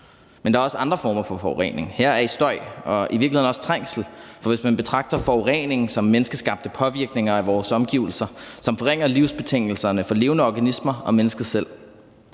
Men der er også andre former for forurening, heriblandt støj og i virkeligheden også trængsel, hvis man betragter forurening som menneskeskabte påvirkninger af vores omgivelser, som forringer livsbetingelserne for levende organismer og mennesket selv.